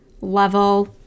level